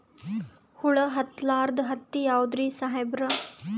ಹುಳ ಹತ್ತಲಾರ್ದ ಹತ್ತಿ ಯಾವುದ್ರಿ ಸಾಹೇಬರ?